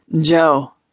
Joe